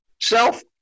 self